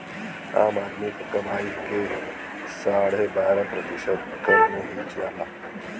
आम आदमी क कमाई क साढ़े बारह प्रतिशत कर में ही जाला